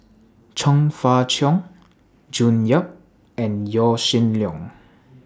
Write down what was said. Chong Fah Cheong June Yap and Yaw Shin Leong